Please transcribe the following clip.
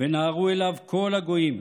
ונהרו אליו כל הגוים.